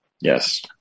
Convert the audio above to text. yes